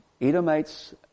Edomites